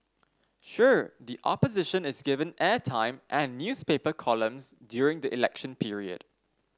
sure the Opposition is given airtime and newspaper columns during the election period